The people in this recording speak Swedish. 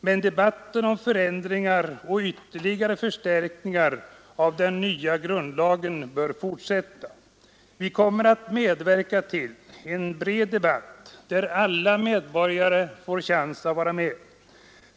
Men debatten om förändringar och ytterligare förstärkningar av den nya grundlagen bör fortsätta. Vi kommer att medverka till en bred debatt, där alla medborgare får chans att vara med.